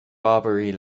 barbary